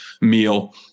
meal